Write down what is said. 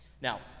Now